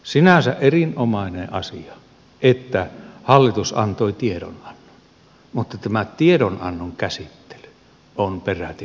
sinänsä erinomainen asia että hallitus antoi tiedonannon mutta tämä tiedonannon käsittely on peräti merkillinen